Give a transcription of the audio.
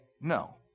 no